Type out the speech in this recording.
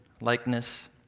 likeness